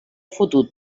fotut